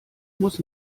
muss